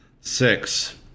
six